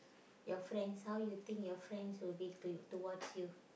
your friends how you think your friends will be to you towards you